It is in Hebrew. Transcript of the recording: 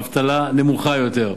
אבטלה נמוכה יותר,